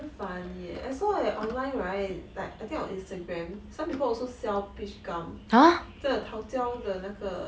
damn funny eh I saw your online right but I think of instagram right some people also sell the peach gum fish kang ha 这套教的那个